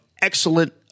excellent